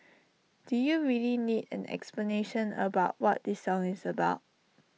do you really need an explanation about what this song is about